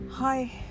hi